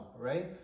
right